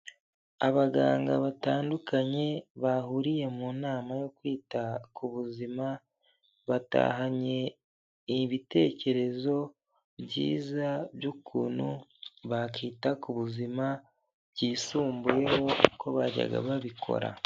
Abaganga batandukanye bahuriye mu nama yo kwita ku buzima batahanye ibitekerezo byiza by'ukuntu bakita ku buzima byisumbuyeho uko bajyaga babikora.